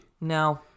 No